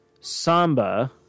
Samba